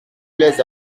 les